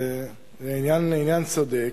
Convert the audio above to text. זה לעניין צודק,